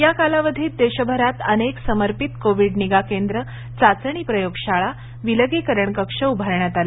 या कालावधीत देशभरात अनेक समर्पित कोविड निगा केंद्र चाचणी प्रयोगशाळा विलगीकरण कक्ष उभारण्यात आले